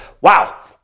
wow